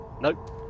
Nope